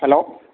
hello